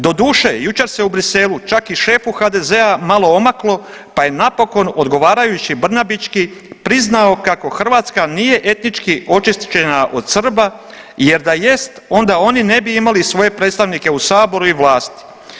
Doduše, jučer se u Bruxellesu čak i šefu HDZ-a malo omaklo pa je napokon, odgovarajući Brnabićki priznao kako Hrvatska nije etnički očišćena od Srba jer da jest, onda oni ne bi imali svoje predstavnike u Saboru i vlasti.